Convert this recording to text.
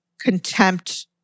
contempt